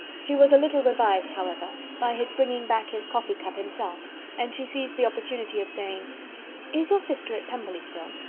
she was a little revived, however, by his bringing back his coffee cup himself and she seized the opportunity of saying is your sister at pemberley still?